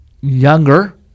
younger